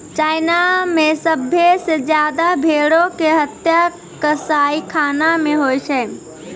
China मे सभ्भे से ज्यादा भेड़ो के हत्या कसाईखाना मे होय छै